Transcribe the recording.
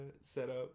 setup